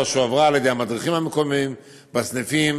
שהועברה על ידי המדריכים המקומיים בסניפים,